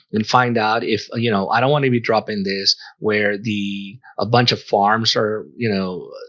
and find out if you know, i don't want to be dropping this where the a bunch of farms are, you know?